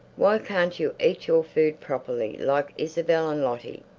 why can't you eat your food properly like isabel and lottie?